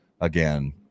again